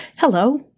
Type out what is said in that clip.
Hello